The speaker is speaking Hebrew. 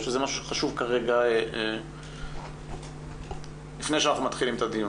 או שזה משהו חשוב כרגע לפני שאנחנו מתחילים את הדיון.